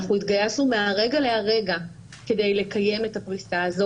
אנחנו התגייסנו מהרגע להרגע כדי לקיים את הפריסה הזאת